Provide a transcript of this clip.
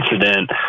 incident